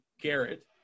Garrett